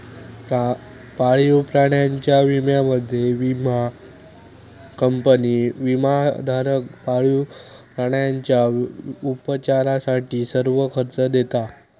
पाळीव प्राण्यांच्या विम्यामध्ये, विमा कंपनी विमाधारक पाळीव प्राण्यांच्या उपचारासाठी सर्व खर्च देता